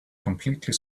completely